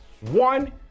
One